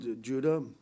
Judah